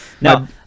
No